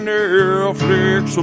Netflix